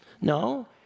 No